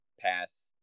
pass